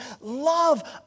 love